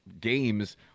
games